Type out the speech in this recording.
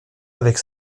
avec